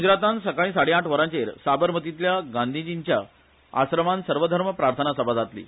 ग्जरातान सकाळी साडे आठ वरांचेर साबरमतीतल्या गांधींच्या आश्रमान सर्वधर्म प्रार्थना सभा जातली